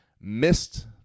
Missed